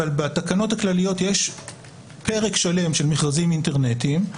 אבל בתקנות הכלליות יש פרק שלם של מכרזים אינטרנטיים,